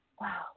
Wow